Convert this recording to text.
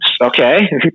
okay